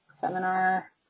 seminar